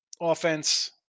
offense